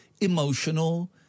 emotional